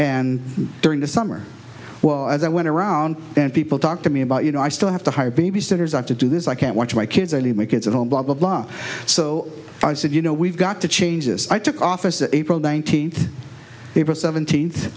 and during the summer well as i went around and people talk to me about you know i still have to hire babysitters out to do this i can't watch my kids or any of my kids at home blah blah blah so i said you know we've got to change this i took office in april nineteenth april seventeenth